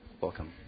Welcome